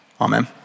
Amen